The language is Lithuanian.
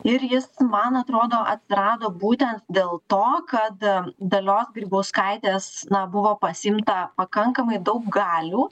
ir jis man atrodo atrado būtent dėl to kada dalios grybauskaitės na buvo pasiimta pakankamai daug galių